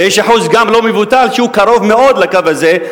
ויש אחוז גם לא מבוטל שהוא קרוב מאוד לקו הזה,